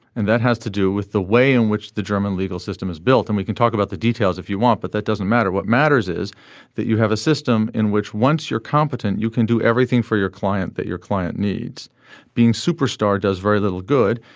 and that has to do with the way in which the german legal system is built and we can talk about the details if you want but that doesn't matter. what matters is that you have a system in which once you're competent you can do everything for your client that your client needs being superstar does very little good.